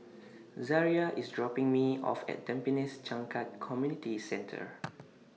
Zariah IS dropping Me off At Tampines Changkat Community Centre